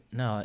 no